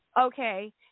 okay